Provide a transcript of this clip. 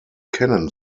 kennen